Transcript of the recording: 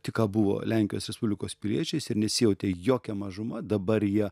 tik ką buvo lenkijos respublikos piliečiais ir nesijautė jokia mažuma dabar jie